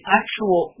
actual